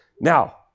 Now